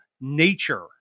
nature